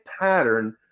pattern